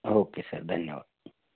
okay sir धन्यवाद